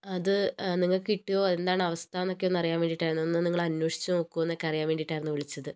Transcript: അത് നിങ്ങൾക്ക് കിട്ടിയോ എന്താണ് അവസ്ഥാന്നൊക്കെ ഒന്ന് അറിയാൻ വേണ്ടീട്ടാണ് ഒന്ന് നിങ്ങൾ അന്വേഷിച്ചുനോക്കുവോ എന്നൊക്കെ അറിയാൻ വേണ്ടീട്ടായിരുന്നു വിളിച്ചത്